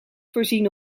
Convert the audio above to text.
voorzien